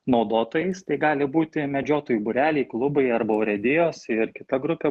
naudotojais tai gali būti medžiotojų būreliai klubai arba urėdijos ir kita grupė